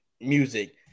music